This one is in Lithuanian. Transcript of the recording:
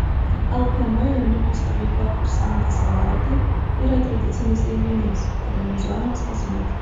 lpm jaunimo stovykla kursantas savaitei yra tradicinis renginys organizuojamas kasmet